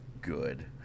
Good